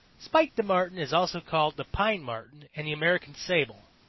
spite the marten is also called the pine marten and the american sable,